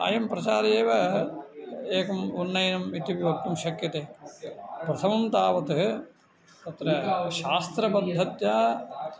अयं प्रसारः एव एकम् उन्नयनम् इत्यपि वक्तुं शक्यते प्रथमं तावत् तत्र शास्त्रपद्धत्या